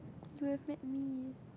you will have met me